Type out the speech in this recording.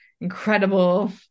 incredible